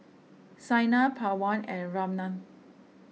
Saina Pawan and Ramnath